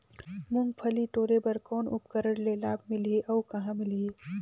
मुंगफली टोरे बर कौन उपकरण ले लाभ मिलही अउ कहाँ मिलही?